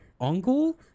uncle